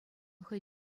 хӑй